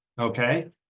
Okay